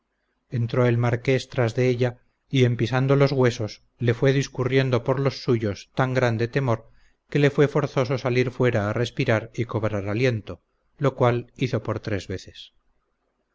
entró el marqués tras de ella y en pisando los huesos le fue discurriendo por los suyos tan grande temor que le fue forzoso salir fuera a respirar y cobrar aliento lo cual hizo por tres veces